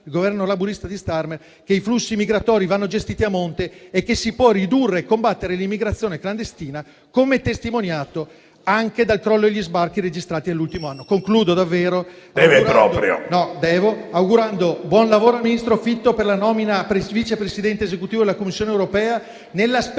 quello laburista di Starmer, che i flussi migratori vanno gestiti a monte e che si può ridurre e combattere l'immigrazione clandestina, come testimoniato anche dal crollo degli sbarchi registrato nell'ultimo anno. Concludo augurando buon lavoro al ministro Fitto per la nomina a Vice Presidente esecutivo della Commissione europea, nella speranza